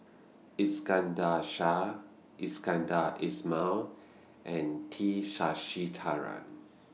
Iskandar Shah Iskandar Ismail and T